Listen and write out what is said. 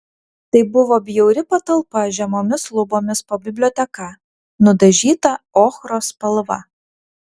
tai buvo bjauri patalpa žemomis lubomis po biblioteka nudažyta ochros spalva